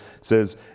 says